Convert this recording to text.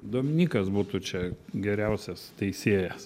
dominykas būtų čia geriausias teisėjas